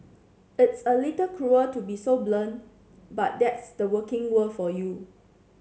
it's a little cruel to be so blunt but that's the working world for you